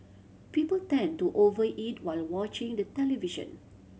people tend to over eat while watching the television